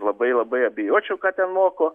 labai labai abejočiau ką ten moko